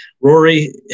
Rory